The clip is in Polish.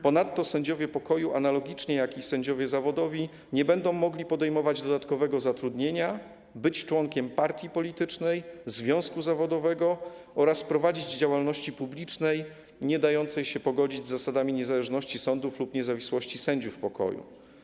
Ponadto sędziowie pokoju, analogicznie jak sędziowie zawodowi, nie będą mogli podejmować dodatkowego zatrudnienia, być członkiem partii politycznej, związku zawodowego ani prowadzić działalności publicznej niedającej się pogodzić z zasadami niezależności sądów lub niezawisłości sędziów pokoju.